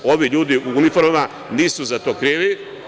Ovi ljudi u uniformama nisu za to krivi.